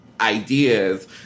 ideas